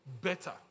better